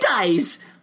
days